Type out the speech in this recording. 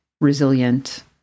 resilient